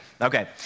Okay